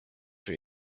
for